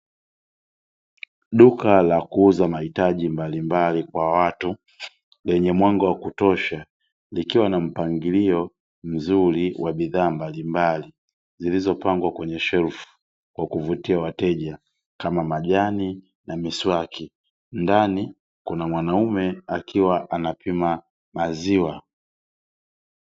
Duka la kuuza mahitaji mbalimbali kwa watu, lenye mwanga wa kutosha, likiwa na mpangilio mzuri wa bidhaa mbalimbali zilizopangwa kwenye shelfu kwa kuvutia wateja, kama majani na miswaki. Ndani kuna mwanaume akiwa anapima maziwa.